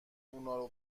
اونارو